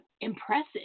impressive